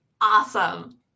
Awesome